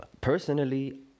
personally